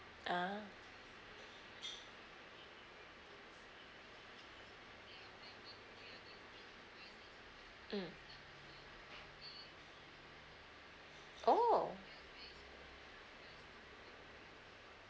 ah mm oh